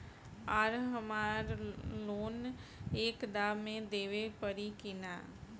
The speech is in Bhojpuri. आर हमारा लोन एक दा मे देवे परी किना?